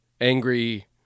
angry